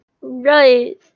Right